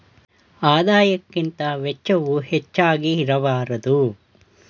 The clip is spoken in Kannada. ಆದಾಯಕ್ಕಿಂತ ವೆಚ್ಚವು ಹೆಚ್ಚಾಗಿ ಇರಬಾರದು